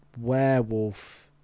werewolf